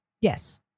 Yes